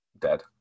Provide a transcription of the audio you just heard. Dead